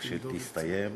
כשתסתיים,